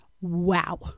wow